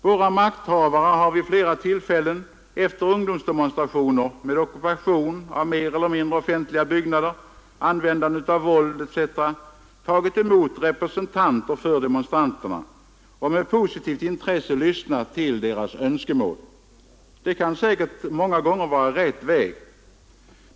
Våra makthavare har vid flera tillfällen efter ungdomsdemonstrationer med ockupation av mer eller mindre offentliga byggnader, användande av våld etc. tagit emot representanter för demonstranterna och med positivt intresse lyssnat till deras önskemål. Det kan säkert många gånger vara rätt väg.